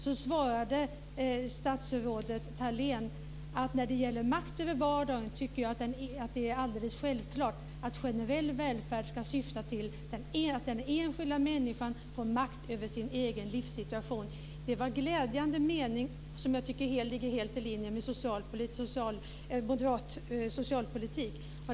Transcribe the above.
Då svarade statsrådet Thalén: "När det gäller makt över vardagen tycker jag att det är alldeles självklart att generell välfärd ska syfta till att den enskilda människan får makt över sin egen livssituation." Det var en glädjande mening som jag tycker ligger helt i linje med moderat socialpolitik.